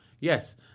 Yes